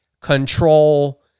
control